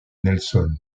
nelson